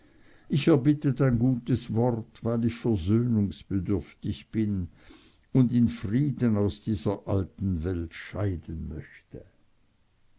ich erbitte dein gutes wort weil ich versöhnungsbedürftig bin und in frieden aus dieser alten welt scheiden möchte